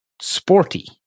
sporty